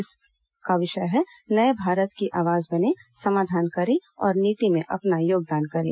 इसका विषय है नए भारत की आवाज बनें समाधान करें और नीति में अपना योगदान करें